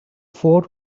fort